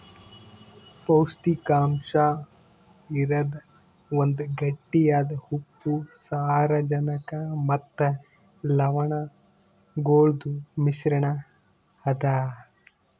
ಪೌಷ್ಟಿಕಾಂಶ ಇರದ್ ಒಂದ್ ಗಟ್ಟಿಯಾದ ಉಪ್ಪು, ಸಾರಜನಕ ಮತ್ತ ಲವಣಗೊಳ್ದು ಮಿಶ್ರಣ ಅದಾ